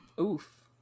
Oof